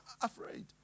afraid